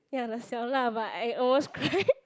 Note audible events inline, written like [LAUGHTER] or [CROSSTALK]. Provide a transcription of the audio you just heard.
ya the 小辣 but I almost cry [LAUGHS]